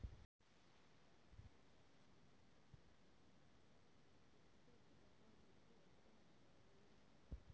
Fixed deposit ಎಷ್ಟು ವರ್ಷಕ್ಕೆ ಇರುತ್ತದೆ?